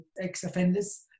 ex-offenders